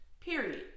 Period